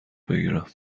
بگیرم